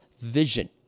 vision